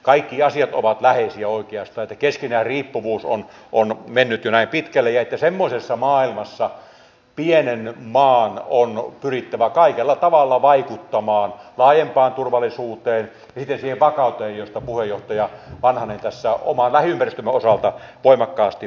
kaikki asiat ovat läheisiä oikeastaan niin että keskinäinen riippuvuus on mennyt jo näin pitkälle ja että semmoisessa maailmassa pienen maan on pyrittävä kaikella tavalla vaikuttamaan laajempaan turvallisuuteen ja sitten siihen vakauteen josta puheenjohtaja vanhanen tässä oman lähiympäristömme osalta voimakkaasti puhui